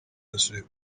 nasubiye